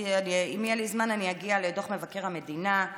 אם יהיה לי זמן, אני אגיע לדוח מבקר המדינה.